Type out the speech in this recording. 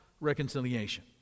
reconciliation